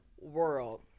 World